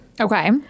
Okay